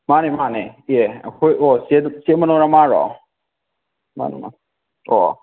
ꯃꯥꯅꯦ ꯃꯥꯅꯦ ꯑꯦ ꯑꯩꯈꯣꯏ ꯑꯣ ꯆꯦ ꯆꯦ ꯃꯅꯣꯔꯃꯥꯔꯣ ꯃꯥꯅꯦ ꯃꯥꯅꯦ ꯑꯣ